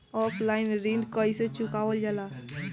Offline ऋण कइसे चुकवाल जाला?